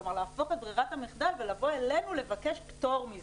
כלומר להפוך את ברירת המחדל ולבוא אלינו לבקש פטור מזה.